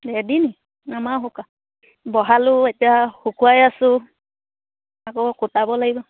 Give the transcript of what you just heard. ready নি আমাৰ শুকা বহালোঁ এতিয়া শুকুৱাই আছোঁ আকৌ কুটাব লাগিব